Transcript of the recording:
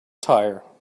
tyre